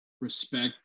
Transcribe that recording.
respect